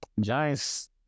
Giants